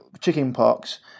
chickenpox